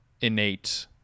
innate